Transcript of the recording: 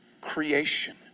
creation